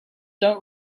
don’t